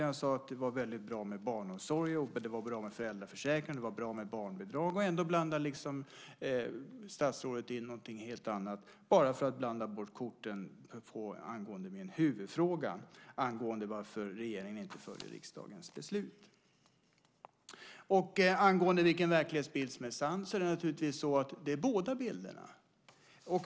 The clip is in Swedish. Jag sade att det var väldigt bra med barnomsorg, att det var bra med föräldraförsäkring och att det var bra med barnbidrag, och ändå blandar statsrådet in någonting helt annat, bara för att blanda bort korten när det gällde min huvudfråga angående varför regeringen inte följer riksdagens beslut. På frågan vilken verklighetsbild som är sann är svaret naturligtvis att det är båda bilderna.